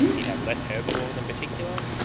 you have less herbivores in particular,